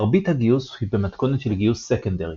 מרבית הגיוס היא במתכונת של גיוס סקנדרי,